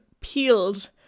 peeled